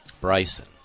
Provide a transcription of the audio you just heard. Bryson